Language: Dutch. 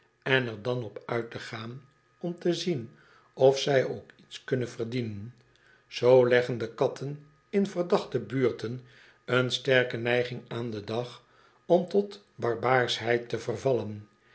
en er dan op uit te gaan om te zien of zij ook iets kunnen verdienen zoo leggen de katten in verdachte buurten een sterke neiging aan den dag om tot barbaarschheid te vervallen